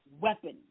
weapon